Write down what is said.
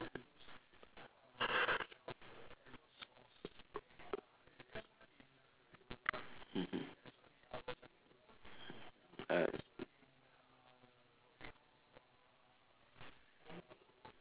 mmhmm ah I see